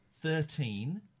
thirteen